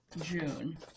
June